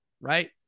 right